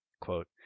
quote